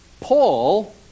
Paul